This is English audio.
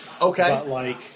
Okay